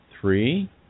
three